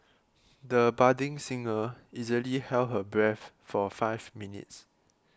the budding singer easily held her breath for five minutes